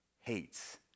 hates